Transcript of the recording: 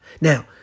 Now